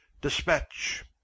Dispatch